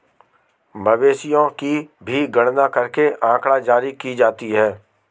मवेशियों की भी गणना करके आँकड़ा जारी की जाती है